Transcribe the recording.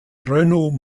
renault